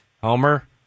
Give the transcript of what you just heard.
Homer